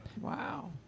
wow